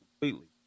completely